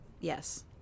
yes